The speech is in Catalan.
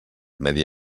medi